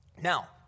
Now